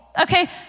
Okay